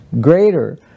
greater